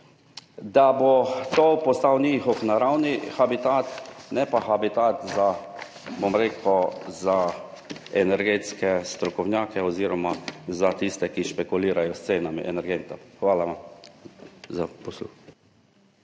da bo to postal njihov naravni habitat, ne pa habitat za energetske strokovnjake oziroma za tiste, ki špekulirajo s cenami energentov. Hvala za posluh.